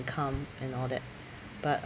income and all that but